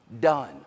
done